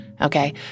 Okay